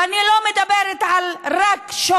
ואני לא מדברת רק על שוחד,